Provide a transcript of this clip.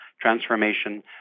transformation